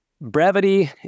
Brevity